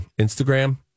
Instagram